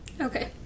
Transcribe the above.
Okay